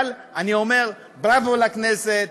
אבל אני אומר: בראבו לכנסת.